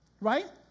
right